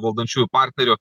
valdančiųjų partnerių